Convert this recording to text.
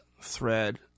thread